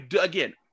Again